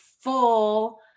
full